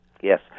Yes